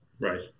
Right